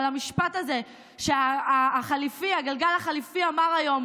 על המשפט הזה שהגלגל החליפי אמר היום